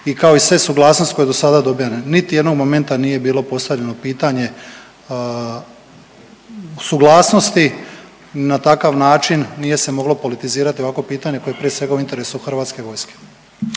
i kao i sve suglasnosti koje do sada dobijane. Niti jednog momenta nije bilo postavljeno pitanje suglasnosti na takav način nije se moglo politizirati ovakvo pitanje koje je prije svega, u interesu Hrvatske vojske.